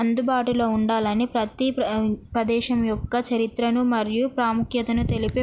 అందుబాటులో ఉండాలి అని ప్రతి ప్ర ప్రదేశం యొక్క చరిత్రను మరియు ప్రాముఖ్యతను తెలిపే